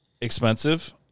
expensive